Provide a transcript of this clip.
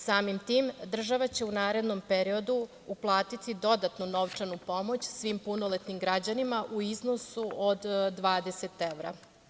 Samim tim, država će u narednom periodu uplatiti dodatnu novčanu pomoć svim punoletnim građanima u iznosu od 20 evra.